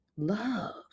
love